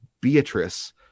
Beatrice